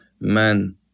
Man